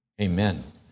Amen